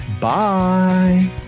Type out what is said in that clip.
bye